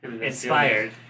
inspired